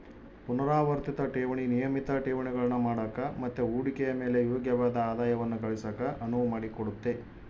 ಪುನರಾವರ್ತಿತ ಠೇವಣಿ ನಿಯಮಿತ ಠೇವಣಿಗಳನ್ನು ಮಾಡಕ ಮತ್ತೆ ಹೂಡಿಕೆಯ ಮೇಲೆ ಯೋಗ್ಯವಾದ ಆದಾಯವನ್ನ ಗಳಿಸಕ ಅನುವು ಮಾಡಿಕೊಡುತ್ತೆ